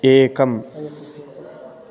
एकम्